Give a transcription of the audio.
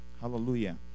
hallelujah